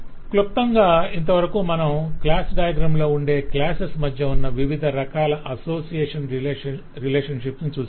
క్లుప్తంగా ఇంతవరకు మనం క్లాస్ డయాగ్రమ్ లో ఉండే క్లాసెస్ మధ్య ఉన్న వివిధ రకాల అసోసియేషన్ రిలేషన్షిప్స్ ను చూశాం